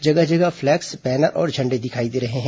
जगह जगह flex banner और झंडे दिखाई दे रहे हैं